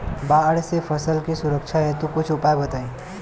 बाढ़ से फसल के सुरक्षा हेतु कुछ उपाय बताई?